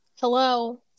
hello